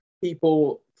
people